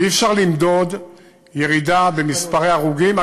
ואי-אפשר למדוד ירידה במספרי הרוגים.